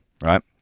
right